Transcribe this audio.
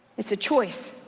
it's a choice.